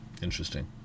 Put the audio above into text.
interesting